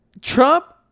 Trump